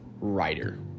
writer